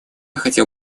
хотел